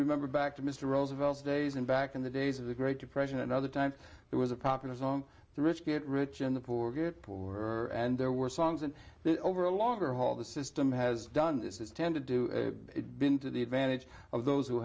remember back to mr roosevelt's days in back in the days of the great depression and other times there was a populism the rich get rich and the poor get poorer and there were songs that over a longer haul the system has done this is tend to do it been to the advantage of those who